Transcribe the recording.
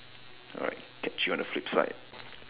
alright catch you on the flip side